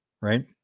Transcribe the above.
Right